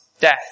Death